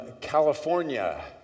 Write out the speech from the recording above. California